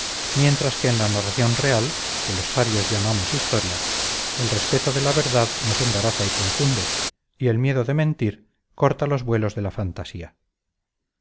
mientras que en la narración real que los sabios llamamos historia el respeto de la verdad nos embaraza y confunde y el miedo de mentir corta los vuelos de la fantasía